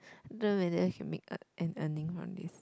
don't know whether you make a an earning from this